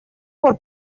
por